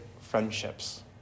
friendships